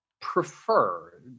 prefer